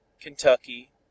Kentucky